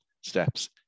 steps